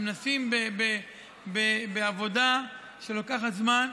הם נעשים בעבודה שלוקחת זמן.